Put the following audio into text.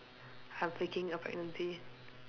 I'm faking a pregnancy